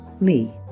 Lee